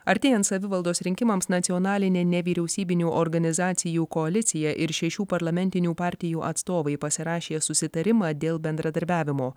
artėjant savivaldos rinkimams nacionalinė nevyriausybinių organizacijų koalicija ir šešių parlamentinių partijų atstovai pasirašė susitarimą dėl bendradarbiavimo